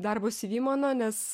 darbo cv mano nes